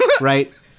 Right